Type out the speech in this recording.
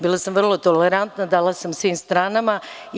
Bila sam vrlo tolerantna, dala sam svim stranama reč.